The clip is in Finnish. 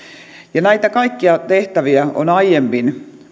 näitä kaikkia tehtäviä on aiemmin